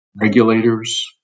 regulators